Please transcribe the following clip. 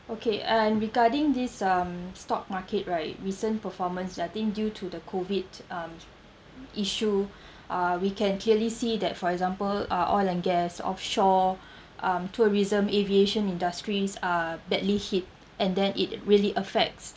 okay and regarding this um stock market right recent performance that I think due to the COVID um issue uh we can clearly see that for example are oil and gas offshore um tourism aviation industries are badly hit and then it really affects